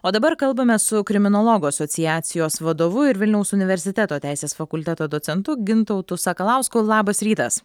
o dabar kalbamės su kriminologų asociacijos vadovu ir vilniaus universiteto teisės fakulteto docentu gintautu sakalausku labas rytas